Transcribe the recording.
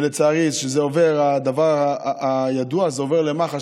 ולצערי הדבר הידוע הזה עובר למח"ש,